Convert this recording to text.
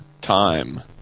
time